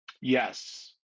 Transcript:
Yes